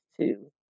two